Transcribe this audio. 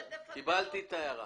קיבלתי את ההערה.